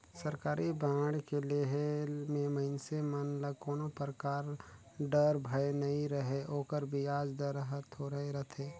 सरकारी बांड के लेहे मे मइनसे मन ल कोनो परकार डर, भय नइ रहें ओकर बियाज दर हर थोरहे रथे